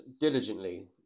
diligently